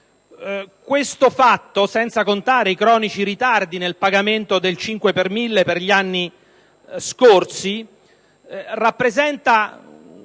Tale fatto, senza contare i cronici ritardi nel pagamento del 5 per mille per gli anni scorsi, riveste una gravità